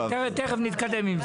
תכף נתקדם עם זה.